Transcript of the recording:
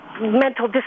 mental